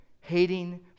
hating